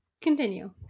Continue